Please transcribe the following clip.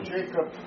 Jacob